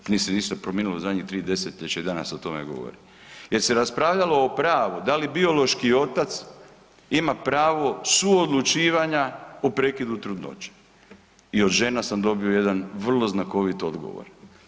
Nije se ništa promijenilo u zadnjih 3 desetljeća i danas se o tome govori, jer se raspravljalo o pravu da li biološki otac ima pravo suodlučivanja o prekidu trudnoće i od žena sam dobio jedan vrlo znakovit odgovor.